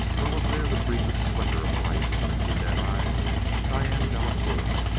or was there the briefest flicker of life in the dead eyes of diane delacouer?